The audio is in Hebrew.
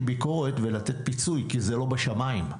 ביקורת ולתת פיצוי כי זה לא בשמיים.